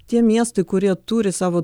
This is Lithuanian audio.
tie miestai kurie turi savo